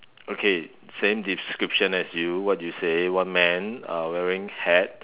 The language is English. okay same description as you what you say one man uh wearing hat